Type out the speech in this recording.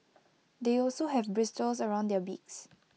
they also have bristles around their beaks